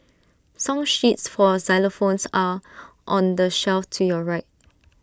song sheets for xylophones are on the shelf to your right